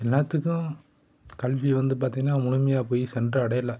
எல்லாத்துக்கும் கல்வி வந்து பார்த்திங்கன்னா முழுமையாக போய் சென்றடையல